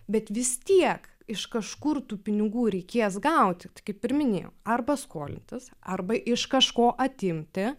bet vis tiek iš kažkur tų pinigų reikės gauti tai kaip ir minėjau arba skolintis arba iš kažko atimti